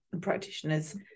practitioners